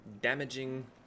damaging